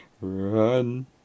Run